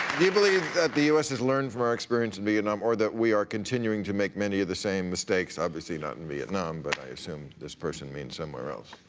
you believe that the us has learned from our experience in vietnam, or that we are continuing to make many of the same mistakes? obviously, not in vietnam, but i assume this person means somewhere else.